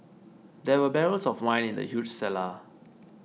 there were barrels of wine in the huge cellar